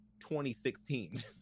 2016